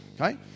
okay